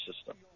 system